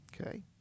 Okay